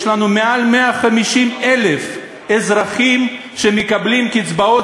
יש לנו יותר מ-150,000 אזרחים שמקבלים קצבאות